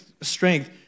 strength